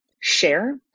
share